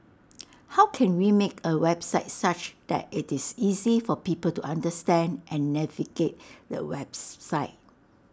how can we make A website such that IT is easy for people to understand and navigate the webs site